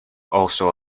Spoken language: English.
also